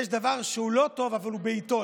יש דבר שהוא לא טוב אבל הוא בעיתו.